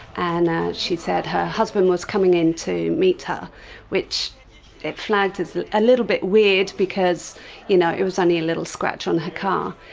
and she said her husband was coming in to meet her which it flagged as a little bit weird, because you know it was only a little scratch on her car.